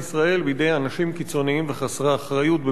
ישראל בידי אנשים קיצונים וחסרי אחריות,